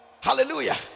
hallelujah